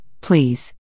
please